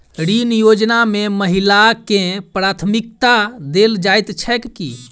ऋण योजना मे महिलाकेँ प्राथमिकता देल जाइत छैक की?